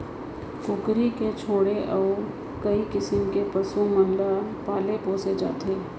कुकरी के छोड़े अउ कई किसम के पसु मन ल पाले पोसे जाथे